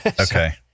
Okay